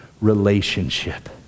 relationship